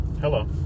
Hello